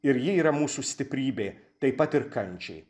ir ji yra mūsų stiprybė taip pat ir kančiai